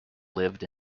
lived